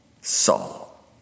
Saul